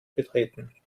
betreten